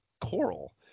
Coral